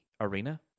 arena